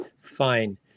Fine